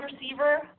receiver